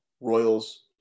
Royals